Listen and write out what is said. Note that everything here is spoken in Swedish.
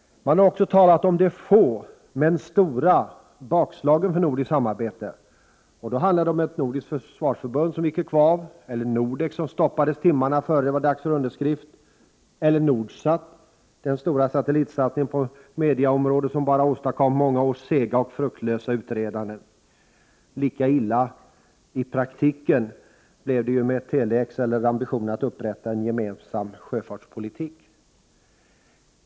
Man har också talat om de få — men stora — bakslagen för nordiskt samarbete. Och då handlar det om ett nordiskt försvarsförbund som gick i kvav, om NORDEK som stoppades timmarna innan det var dags för underskrift eller om Nordsat, den stora satellitsatsningen på medieområdet som bara åstadkom många års sega och fruktlösa utredanden. Lika illa i praktiken blev det med Tele-X och ambitionerna att upprätta en gemensam sjöfartspolitik.